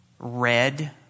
red